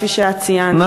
כפי שאת ציינת,